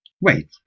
Wait